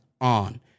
on